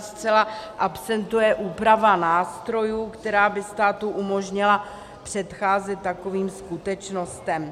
Zcela absentuje úprava nástrojů, která by státu umožnila předcházet takovým skutečnostem.